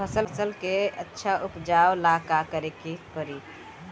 फसल के अच्छा उपजाव ला का करे के परी?